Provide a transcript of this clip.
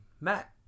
Matt